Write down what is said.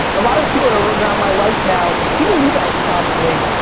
a lot of the people that are around my life now, even you guys probably,